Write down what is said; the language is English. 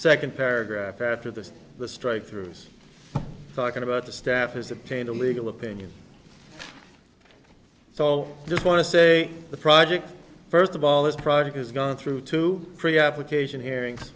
second paragraph after this the strikethrough is talking about the staffers obtained a legal opinion so i just want to say the project first of all this project has gone through two pre application hearings